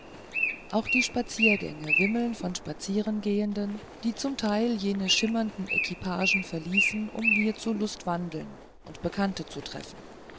auch die spaziergänge wimmeln von spazierengehenden die zum teil jene schimmernden equipagen verließen um hier zu lustwandeln und bekannte zu treffen